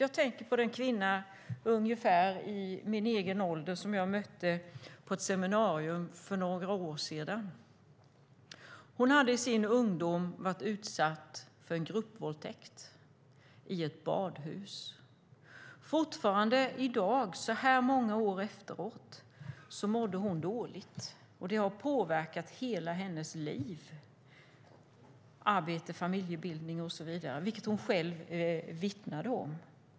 Jag tänker på den kvinna, i min ålder ungefär, som jag mötte på ett seminarium för några år sedan. Hon hade i sin ungdom varit utsatt för en gruppvåldtäkt i ett badhus. Så många år efteråt mår hon fortfarande dåligt. Det har påverkat hela hennes liv, arbete, familjebildning och så vidare - vilket hon själv vittnade om.